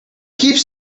keeps